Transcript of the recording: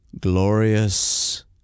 glorious